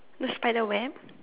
the spider web